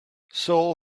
seoul